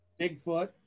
Bigfoot